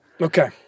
okay